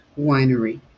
Winery